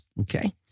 Okay